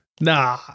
nah